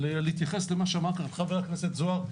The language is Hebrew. להתייחס למה שאמר כאן חבר הכנסת זוהר,